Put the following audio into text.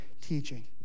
teaching